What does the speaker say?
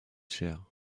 cher